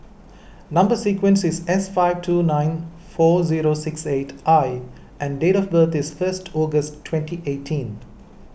Number Sequence is S five two nine four zero six eight I and date of birth is first August twenty eighteen